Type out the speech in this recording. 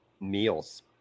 meals